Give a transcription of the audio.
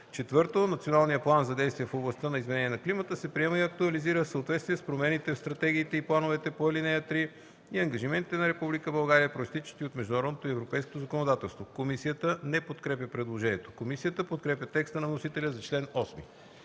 съвет. (4) Националният план за действие в областта на изменение на климата се приема и актуализира в съответствие с промените в стратегиите и плановете по ал. 3 и ангажиментите на Република България, произтичащи от международното и европейското законодателство.” Комисията не подкрепя предложението. Комисията подкрепя текста на вносителя за чл. 8.